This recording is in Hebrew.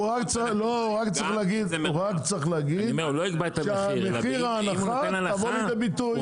הוא רק צריך להגיד שמחיר ההנחה תבוא לידי ביטוי,